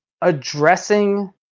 addressing